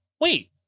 wait